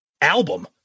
album